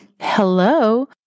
Hello